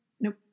Nope